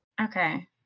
Okay